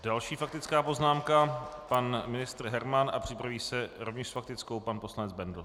Další faktická poznámka pan ministr Herman a připraví se rovněž s faktickou pan poslanec Bendl.